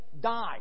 die